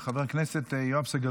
אני מזמין את חבר הכנסת יואב סגלוביץ'.